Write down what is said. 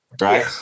Right